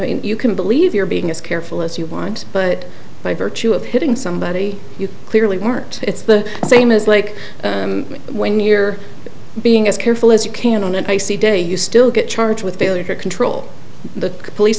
mean you can believe you're being as careful as you want but by virtue of hitting somebody you clearly weren't it's the same as like when you're being as careful as you can on an icy day you still get charged with failure to control the police